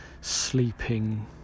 sleeping